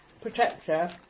protector